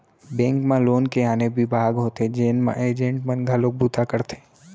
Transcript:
bank म loan के आने बिभाग होथे जेन म एजेंट मन घलोक बूता करथे